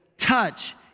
Touch